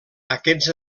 aquests